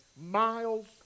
miles